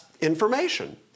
information